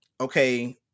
okay